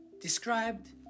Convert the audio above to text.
described